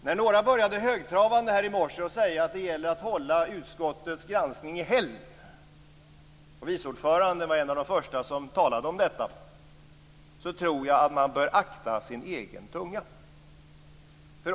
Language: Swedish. När några började högtravande här i morse med att säga att det gäller att hålla utskottets granskning i helgd - vice ordföranden var en av de första som talade om detta - tror jag att man bör vakta sin egen tunga.